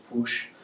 push